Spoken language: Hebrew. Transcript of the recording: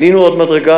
עלינו עוד מדרגה,